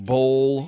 Bowl